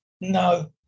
No